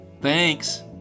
Thanks